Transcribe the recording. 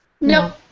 No